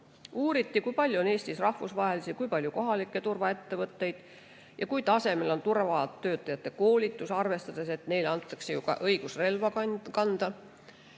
Uuriti, kui palju on Eestis rahvusvahelisi ja kui palju kohalikke turvaettevõtteid ja kui tasemel on turvatöötajate koolitus. Tuleb ju arvestada, et neile antakse ka õigus relva kanda.